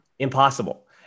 Impossible